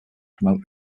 promote